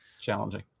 Challenging